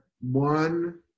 one –